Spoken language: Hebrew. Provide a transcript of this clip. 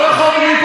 מפה.